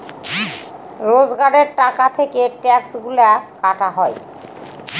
রোজগারের টাকা থেকে ট্যাক্সগুলা কাটা হয়